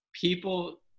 people